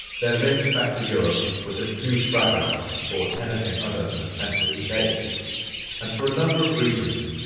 their links back to europe were just too fragile to support anything other than a temporary base and for a number of reasons,